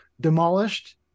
demolished